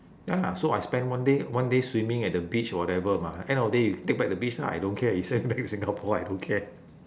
ya lah so I spend one day one day swimming at the beach whatever mah end of the day you take back the beach lah I don't care you send me back to singapore I don't care